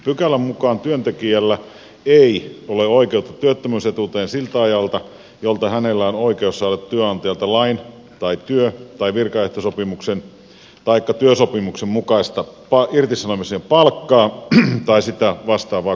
pykälän mukaan työntekijällä ei ole oikeutta työttömyysetuuteen siltä ajalta jolta hänellä on oikeus saada työnantajalta lain tai työ tai virkaehtosopimuksen taikka työsopimuksen mukaista irtisanomisajan palkkaa tai sitä vastaavaa korvausta